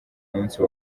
munsi